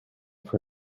for